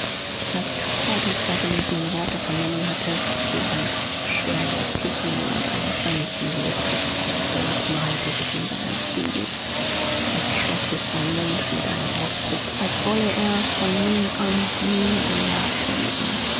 als caspar die vorgelesenen worte vernommen hatte fiel sein kopf schwer in das kissen und eine grenzenlose verzweiflung malte sich in seinen zügen es schloß sich sein mund mit einem ausdruck als wolle er von nun an nie mehr reden